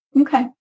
Okay